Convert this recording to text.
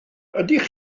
ydych